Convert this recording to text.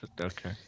okay